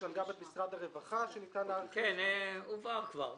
יש גם את משרד הרווחה -- הובהר כבר.